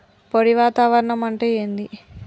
పొడి వాతావరణం అంటే ఏంది?